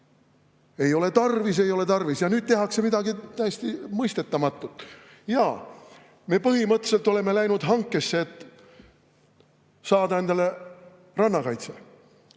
Ei ole tarvis, ei ole tarvis! Ja nüüd tehakse midagi täiesti mõistetamatut. Me põhimõtteliselt oleme läinud hankesse, et saada endale rannakaitse,